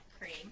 cream